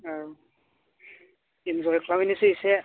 औ इनजय खालामहैनोसै एसे